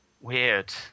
weird